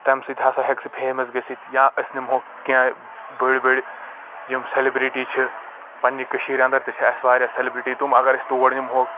تَمہِ سۭتۍ ہسا ہیٚکہِ سُہ فیمس گٔژھِتھ یا أسۍ نِمہوکھ کیٚنٛہہ بٔڑۍ بٔڑۍ یِم سٮ۪لبرٹی چھ پننہِ کٔشیٖرِ انٛدر تہِ چھ اَسہِ واریاہ سٮ۪لبرٹی تِم اگر أسۍ تور نِمہوکھ